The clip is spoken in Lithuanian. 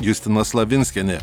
justina slavinskienė